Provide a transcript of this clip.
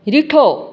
रिठो